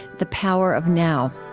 the power of now.